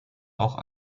auch